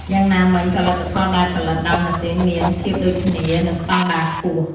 យ៉ាងណាមិញ ផលិតផលដែលផលិតដោយម៉ាស៊ីនមាន ភាពដូចគ្នា និង ស្តង់ដារ ខ្ពស់។